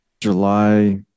July